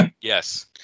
Yes